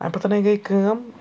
اَمہِ پَتَنَے گٔے کٲم